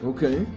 Okay